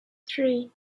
three